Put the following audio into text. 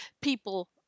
people